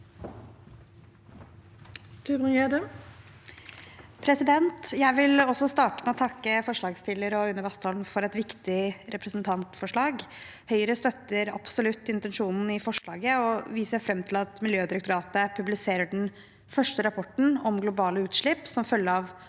Jeg vil også starte med å takke forslagsstillerne, heriblant Une Bastholm, for et viktig representantforslag. Høyre støtter absolutt intensjonen i forslaget, og vi ser fram til at Miljødirektoratet publiserer den første rapporten om globale utslipp som følge av